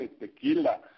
tequila